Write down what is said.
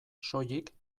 soilik